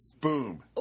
boom